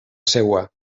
seua